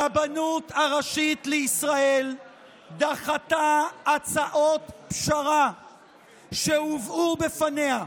הרבנות הראשית לישראל דחתה הצעות פשרה שהובאו בפניה.